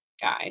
guy